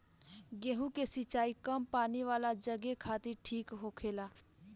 गेंहु के सिंचाई कम पानी वाला जघे खातिर ठीक होखेला